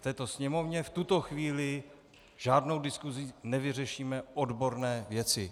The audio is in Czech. V této Sněmovně v tuto chvíli žádnou diskusí nevyřešíme odborné věci.